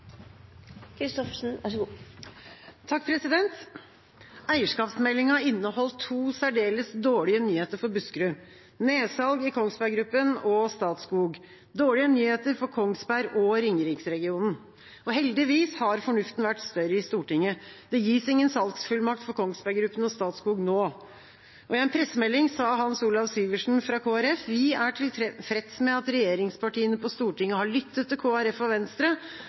to særdeles dårlige nyheter for Buskerud: nedsalg i Kongsberg Gruppen og Statskog. Dette er dårlige nyheter for Kongsberg og Ringeriksregionen. Heldigvis har fornuften vært større i Stortinget. Det gis ingen salgsfullmakt for Kongsberg Gruppen og Statskog nå. I en pressemelding sa Hans Olav Syversen, fra Kristelig Folkeparti: «Vi er tilfreds med at regjeringspartiene på Stortinget har lyttet til KrF og Venstre,